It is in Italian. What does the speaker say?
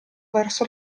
verso